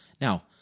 Now